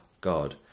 God